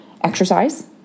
exercise